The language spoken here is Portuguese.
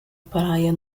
praia